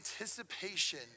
anticipation